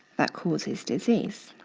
that causes disease.